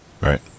Right